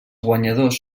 guanyadors